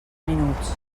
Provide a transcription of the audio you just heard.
minuts